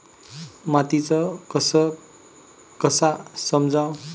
मातीचा कस कसा समजाव?